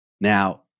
Now